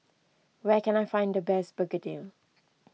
where can I find the best Begedil